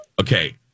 Okay